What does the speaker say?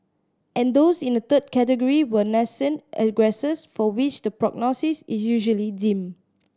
and those in a third category were nascent aggressors for which the prognosis is usually dim